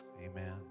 Amen